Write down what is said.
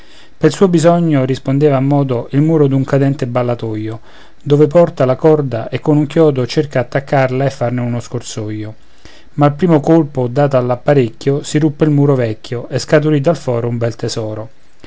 pel suo bisogno rispondeva a modo il muro d'un cadente ballatoio dove porta la corda e con un chiodo cerca attaccarla e farne uno scorsoio ma al primo colpo dato all'apparecchio si ruppe il muro vecchio e scaturì dal foro un bel tesoro